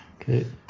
Okay